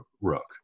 Rook